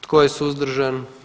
Tko je suzdržan?